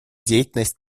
деятельность